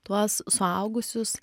tuos suaugusius